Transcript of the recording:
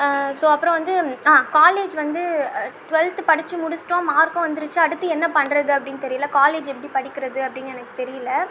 so அப்றம் வந்து college வந்து டுவெல்த் படித்து முடித்துட்டோம் மார்க்கும் வந்துருச்சு அடுத்து என்ன பண்ணுறது அப்படின்னு தெரியல காலேஜ் எப்படி படிக்கிறது அப்படின்னு எனக்கு தெரியல